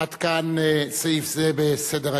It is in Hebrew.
עד כאן סעיף זה בסדר-היום.